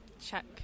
check